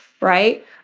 right